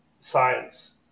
science